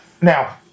Now